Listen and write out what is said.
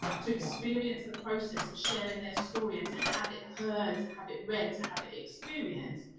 to experience the process of sharing their story and to have it heard, to have it read, to have it experienced,